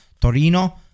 Torino